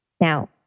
Now